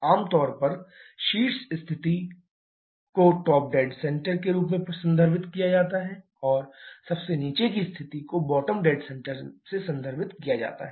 आमतौर पर शीर्ष स्थिति को टॉप डेड सेंटर के रूप में संदर्भित किया जाता है और सबसे नीचे की स्थिति को बॉटम डेड सेंटर से संदर्भित किया जाता है